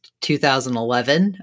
2011